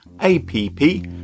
A-P-P